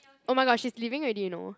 oh-my-god she's leaving already you know